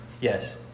Yes